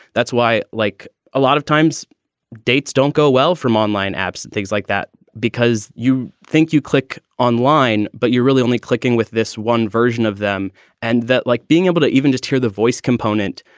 that's why like a lot of times dates don't go well from online apps and things like that because you think you click online, but you're really only clicking with this one version of them and that like being able to even just hear the voice component.